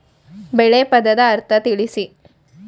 ಬೆಳೆ ಪದದ ಅರ್ಥ ತಿಳಿಸಿ?